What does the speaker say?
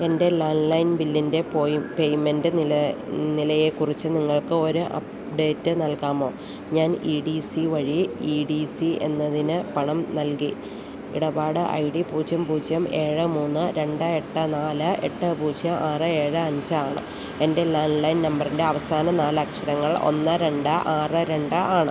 എൻ്റെ landline ബില്ലിൻ്റെ പോയും പേയ്മെൻ്റ് നിലയെ കുറിച്ച് നിങ്ങൾക്ക് ഒരു അപ്ഡേറ്റ് നൽകാമോ ഞാൻ ഇ ഡി സി വഴി ഇ ഡി സി എന്നതിന് പണം നൽകി ഇടപാട് ഐ ഡി പൂജ്യം പൂജ്യം ഏഴ് മൂന്ന് രണ്ട് എട്ട് നാല് എട്ട് പൂജ്യം ആറ് ഏഴ് അഞ്ചാണ് എൻ്റെ ലാൻ ലൈൻ നമ്പറിൻ്റെ അവസാന നാല് അക്ഷരങ്ങൾ ഒന്ന് രണ്ട് ആറ് രണ്ട് ആണ്